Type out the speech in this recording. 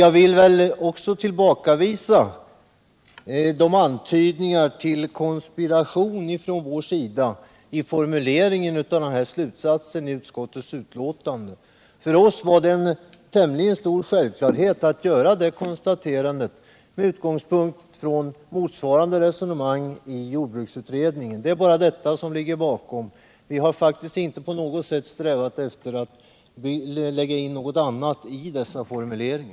Jag vill tillbakavisa antydningarna om konspiration från vår sida när det gäller denna formulering i utskottets betänkande. För oss var det ganska självklart att göra det här konstaterandet med utgångspunkt i motsvarande resonemang i jordbruksutredningen. Det är bara detta som ligger bakom. Vi har inte på något sätt velat lägga in något annat i denna formulering.